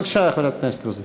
בבקשה, חברת הכנסת רוזין.